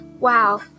Wow